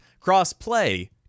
Cross-play